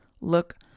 Look